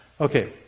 Okay